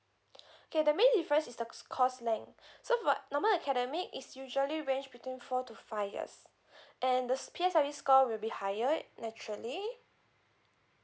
okay the main difference is the s~ course length so for normal academic it's usually ranged between four to five years and the s~ P_S_L_E score will be higher naturally